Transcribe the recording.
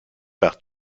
par